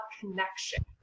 connection